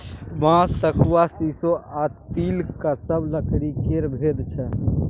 बांस, शखुआ, शीशो आ तिलका सब लकड़ी केर भेद छै